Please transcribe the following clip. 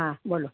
हां बोलो